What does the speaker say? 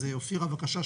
אופירה, בקשה.